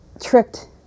tricked